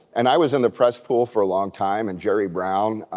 and i was in the press pool for a long time and jerry brown,